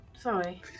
Sorry